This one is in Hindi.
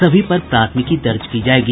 सभी पर प्राथमिकी दर्ज की जायेगी